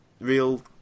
real